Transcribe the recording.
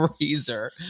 freezer